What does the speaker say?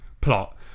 plot